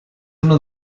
uno